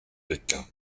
pékin